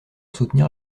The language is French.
soutenir